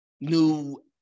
new